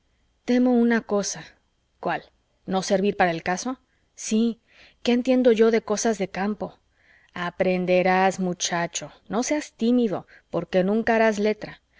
temo una cosa cuál no servir para el caso sí qué entiendo yo de cosas de campo aprenderás muchacho no seas tímido porque nunca harás letra